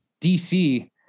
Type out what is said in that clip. DC